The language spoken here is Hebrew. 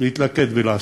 להתלכד ולעשות,